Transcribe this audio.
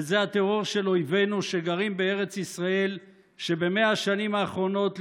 וזה הטרור של אויבינו שגרים בארץ ישראל ובמאה השנים האחרונות,